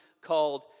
called